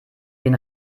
den